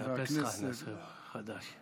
חברי הכנסת, אני אעשה לך מחדש.